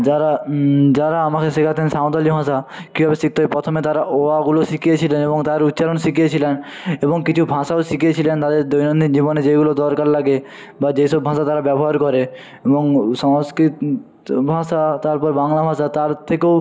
যারা যারা আমাকে শেখাতেন সাঁওতালি ভাষা কীভাবে শিখতে হয় প্রথমে তারা অআগুলো শিখিয়েছিলেন এবং তার উচ্চারণ শিখিয়েছিলেন এবং কিছু ভাষাও শিখিয়েছিলেন তাদের দৈনন্দিন জীবনে যেগুলো দরকার লাগে বা যে সব ভাষা তারা ব্যবহার করে এবং সংস্কৃত ভাষা তারপর বাংলা ভাষা তার থেকেও